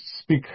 speak